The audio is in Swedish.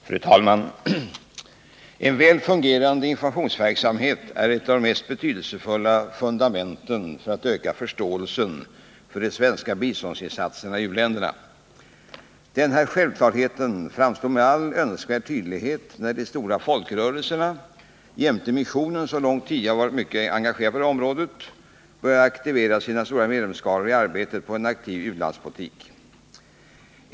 Fru talman! En väl fungerande informationsverksamhet är ett av de mest betydelsefulla fundamenten för att öka förståelsen för de svenska biståndsinsatserna i u-länderna. Denna självklarhet framstod med all önskvärd tydlighet när de stora folkrörelserna — jämte missionen som långt tidigare varit mycket engagerad på detta område — började aktivera sina stora medlemsskaror i arbetet för en aktiv u-landspolitik.